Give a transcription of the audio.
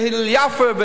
"הלל יפה",